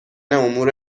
امور